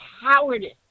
cowardice